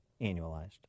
annualized